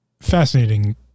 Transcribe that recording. Fascinating